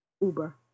Uber